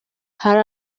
hari